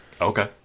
Okay